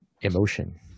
emotion